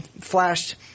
flashed